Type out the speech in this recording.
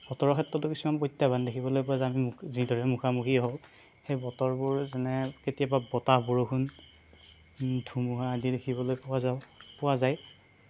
বতৰৰ ক্ষেত্ৰতো কিছুমান প্ৰত্যাহ্বান দেখিবলৈ পোৱা যায় আমি যিদৰে মুখামুখি হওঁ সেই বতৰবোৰ যেনে কেতিয়াবা বতাহ বৰষুণ ধুমুহা আদি দেখিবলৈ পোৱা যাওঁ পোৱা যায়